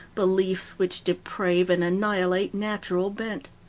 beliefs which deprave and annihilate natural bent.